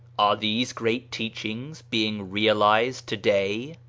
are these great teachings being realized to-day?